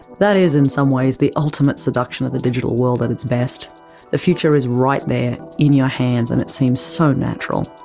that is, in some ways, the ultimate seduction of the digital world at its best the future is right there, in your hand, and it seems so natural.